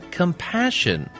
compassion